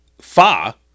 Fa